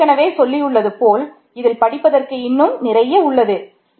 நான் ஏற்கனவே சொல்லியுள்ளது போல் இதில் படிப்பதற்கு இன்னும் நிறைய உள்ளது